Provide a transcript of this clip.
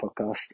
podcast